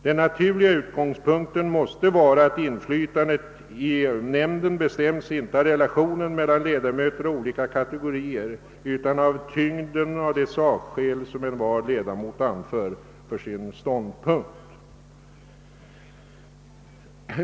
Den naturliga utgångspunkten måste vara att inflytandet i nämnden bestäms, inte av relationerna mellan ledamöter av olika kategorier, utan av tyngden av de sakskäl som envar ledamot anför för sin ståndpunkt.